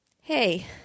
Hey